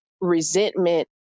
resentment